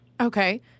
Okay